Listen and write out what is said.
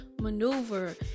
maneuver